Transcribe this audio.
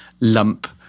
lump